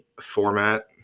format